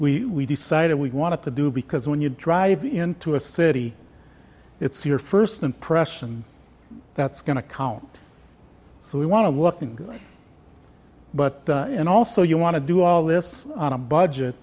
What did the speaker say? we decided we wanted to do because when you drive into a city it's your first impression that's going to count so we want to look good but and also you want to do all this on a budget